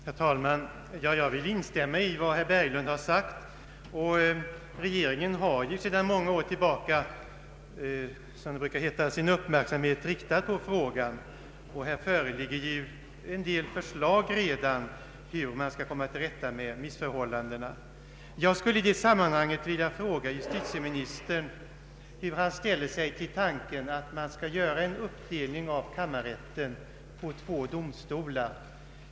Herr talman! Jag vill instämma i vad herr Berglund sagt. Regeringen har sedan många år sin uppmärksamhet riktad på frågan, som det brukar heta. Det föreligger också en del förslag till hur man skall komma till rätta med missförhållandena. Jag skulle i detta sammanhang vilja fråga justitieministern hur han ställer sig till tanken att göra en uppdelning av kammarrätten i två domstolar.